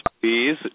please